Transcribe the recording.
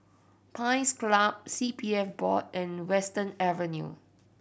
Pines Club C P F Board and Western Avenue